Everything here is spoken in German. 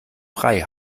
frei